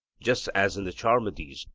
just as in the charmides,